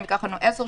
עשר שנים,